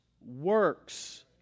works